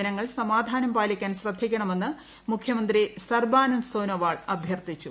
ജനങ്ങൾ സമാധാനം പാലിക്കാൻ ശ്രദ്ധിക്കണമെന്ന് മുഖ്യമന്ത്രി സർബാനന്ദ് സോനോവാൾ അഭ്യർത്ഥിച്ചു